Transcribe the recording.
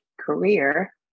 career